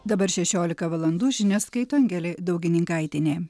dabar šešiolika valandų žinias skaito angelė daugininkaitienė